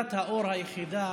נקודת האור היחידה